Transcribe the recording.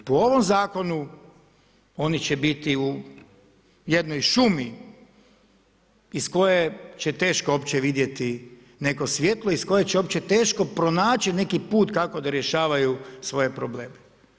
Po ovom zakonu oni će biti u jednoj šumi iz koje će teško uopće vidjeti neko svjetlo iz koje će uopće teško pronaći neki put kako da rješavaju svoje probleme.